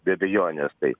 be abejonės tai